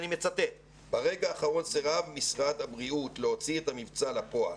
אני מצטט "סירב משרד הבריאות להוציא את המבצע לפועל.